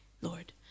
Lord